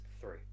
three